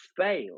fail